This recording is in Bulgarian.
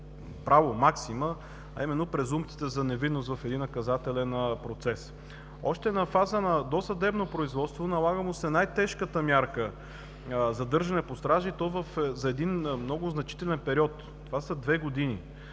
правото максима, а именно презумпцията за невинност в един наказателен процес. Още на фаза на досъдебно производство, налага му се най-тежката мярка „задържане под стража“, и то за един много значителен период – това са две години,